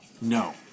no